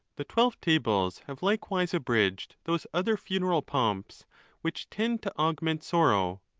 the twelve tables have likewise abridged those other funeral pomps which tend to augment sorrow.